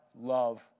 love